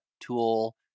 tool